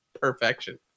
perfection